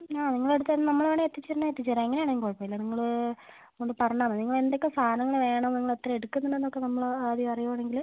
ആ നിങ്ങൾ എടുത്ത് തരുന്നത് നമ്മൾ വേണമെങ്കിൽ എത്തിച്ചുതരണമെങ്കിൽ എത്തിച്ചുതരാം എങ്ങനെ ആണെങ്കിലും കുഴപ്പം ഇല്ല നിങ്ങൾ ഒന്ന് പറഞ്ഞാൽ മതി നിങ്ങൾ എന്തൊക്കെ സാധനങ്ങൾ വേണം നിങ്ങൾ എത്ര എടുക്കുന്നുണ്ടെന്ന് ഒക്കെ നമ്മൾ ആദ്യം അറിയുവാണെങ്കിൽ